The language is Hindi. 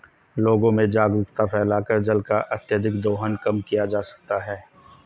लोगों में जागरूकता फैलाकर जल का अत्यधिक दोहन कम किया जा सकता है